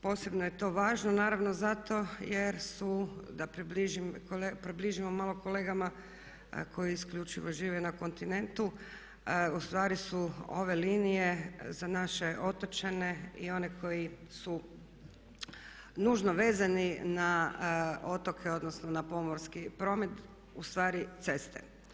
Posebno je to važno naravno zato jer su da približimo malo kolegama koji isključivo žive na kontinentu, ustvari su ove linije za naše otočane i one koji su nužno vezani na otoke, odnosno na pomorski promet ustvari ceste.